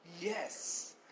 Yes